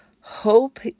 hope